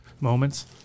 moments